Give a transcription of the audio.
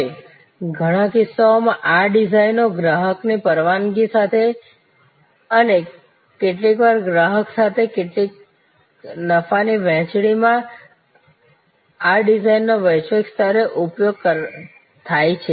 હવે ઘણા કિસ્સાઓમાં આ ડિઝાઇનો ગ્રાહકોની પરવાનગી સાથે અને કેટલીકવાર ગ્રાહક સાથે કેટલીક નફા ની વહેંચણીમાં આ ડિઝાઇન નો વૈશ્વિક સ્તરે ઉપયોગ થાય છે